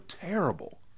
terrible